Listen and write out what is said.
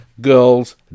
girls